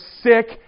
sick